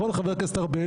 חבר הכנסת ארבל,